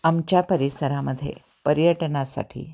आमच्या परिसरामध्ये पर्यटनासाठी